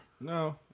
No